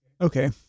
Okay